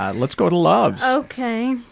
ah let's go to loves. ok.